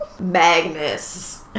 Magnus